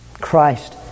Christ